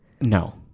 No